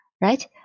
Right